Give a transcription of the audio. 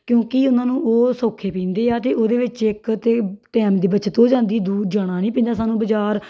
ਕਿਉਂਕਿ ਉਹਨਾਂ ਨੂੰ ਉਹ ਸੌਖੇ ਪੈਂਦੇ ਆ ਅਤੇ ਉਹਦੇ ਵਿੱਚ ਇੱਕ ਤਾਂ ਟੈਮ ਦੀ ਬੱਚਤ ਹੋ ਜਾਂਦੀ ਦੂਰ ਜਾਣਾ ਨਹੀਂ ਪੈਂਦਾ ਸਾਨੂੰ ਬਜ਼ਾਰ